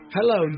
Hello